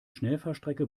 schnellfahrstrecke